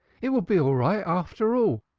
it will be all right, after all.